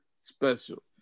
special